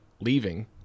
leaving